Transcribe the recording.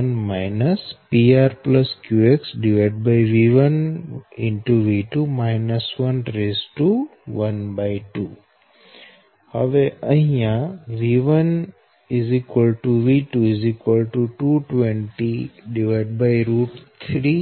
સમીકરણ 43 મુજબ ts |V2||V1| 1 PR QX|V1| |V2| 112 |V1| | V2| 2203